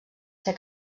ser